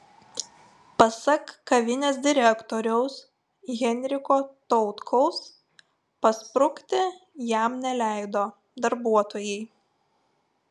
pasak kavinės direktoriaus henriko tautkaus pasprukti jam neleido darbuotojai